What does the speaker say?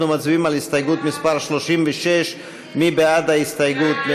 אנחנו מצביעים על הסתייגות מס' 36. מי בעד ההסתייגות?